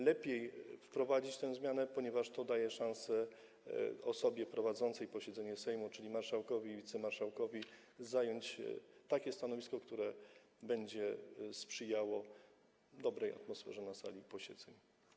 Lepiej wprowadzić tę zmianę, ponieważ to daje szansę osobie prowadzącej posiedzenie Sejmu, czyli marszałkowi, wicemarszałkowi, aby zająć takie stanowisko, które będzie sprzyjało dobrej atmosferze na sali posiedzeń.